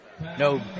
No